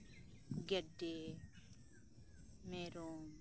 ᱜᱮᱰᱮ ᱢᱮᱨᱚᱢ